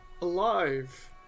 alive